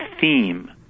theme